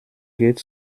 geht